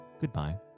goodbye